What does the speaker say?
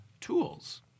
tools